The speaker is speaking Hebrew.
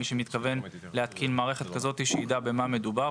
שמי שמתכוון להתקין מערכת כזאת ידע במה מדובר,